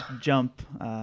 Jump